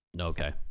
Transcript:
okay